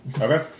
Okay